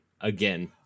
again